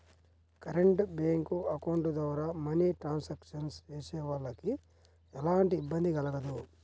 current bank account ద్వారా money transactions చేసేవాళ్ళకి ఎలాంటి ఇబ్బంది కలగదు